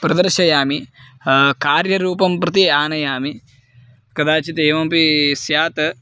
प्रदर्शयामि कार्यरूपं प्रति आनयामि कदाचित् एवमपी स्यात्